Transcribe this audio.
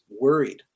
worried